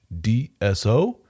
DSO